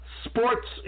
sports